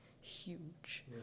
huge